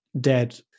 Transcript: dead